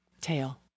Tail